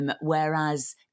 whereas